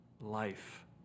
life